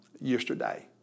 yesterday